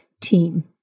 team